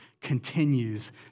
continues